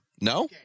No